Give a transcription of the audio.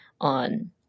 on